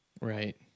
Right